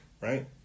right